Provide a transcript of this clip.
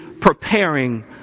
preparing